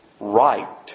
right